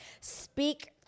speak